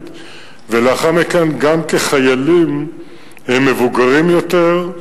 ולאחר מכן גם כחיילים הם מבוגרים יותר,